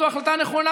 זו החלטה נכונה,